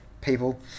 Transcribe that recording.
people